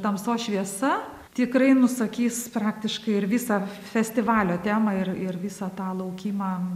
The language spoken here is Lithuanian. tamsos šviesa tikrai nusakys praktiškai ir visą festivalio temą ir ir visą tą laukimą